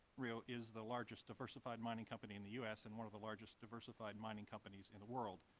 rio is the largest diversified mining company in the u s. and one of the largest diversified mining companies in the world.